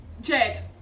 Jed